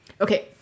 okay